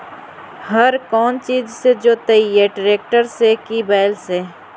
हर कौन चीज से जोतइयै टरेकटर से कि बैल से?